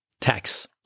tax